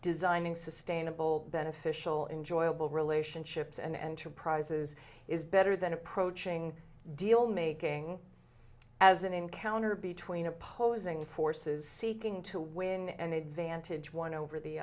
designing sustainable beneficial enjoyable relationships and to prizes is better than approaching deal making as an encounter between opposing forces seeking to win an advantage one over the